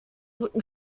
rücken